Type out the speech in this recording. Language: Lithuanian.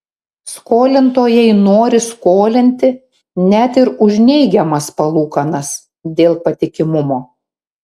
skolintojai nori skolinti net ir už neigiamas palūkanas dėl patikimumo